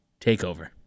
Takeover